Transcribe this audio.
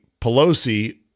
Pelosi